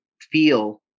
feel